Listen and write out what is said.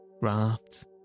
rafts